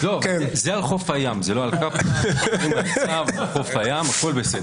זה על חוף הים, זה לא על קפלן, הכול בסדר...